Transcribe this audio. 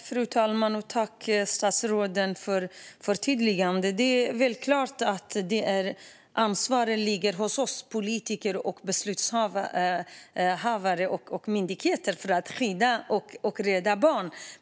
Fru talman! Tack, statsrådet, för förtydligandet! Det är klart att ansvaret ligger hos oss politiker, beslutsfattare och myndigheter att skydda och rädda barn.